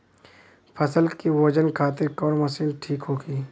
फसल के वजन खातिर कवन मशीन ठीक होखि?